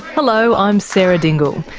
hello i'm sarah dingle,